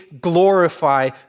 glorify